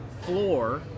floor